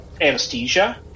anesthesia